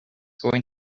going